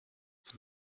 von